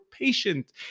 patient